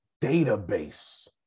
database